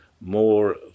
more